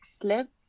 slip